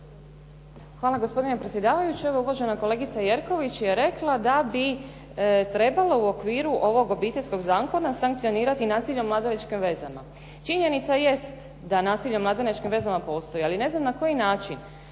Hvala gospodine predsjedavajući. Evo uvažena kolegica Jerković je rekla da bi trebalo u okviru ovog obiteljskog zakona sankcionirati nasilje u mladenačkim vezama. Činjenica jest da nasilje u mladenačkim vezama postoji. Ali ne znam na koji način